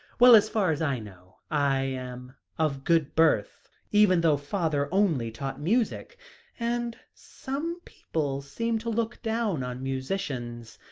well, as far as i know i am of good birth, even though father only taught music and some people seem to look down on musicians.